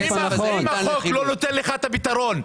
החוק לא נותן לך את הפתרון,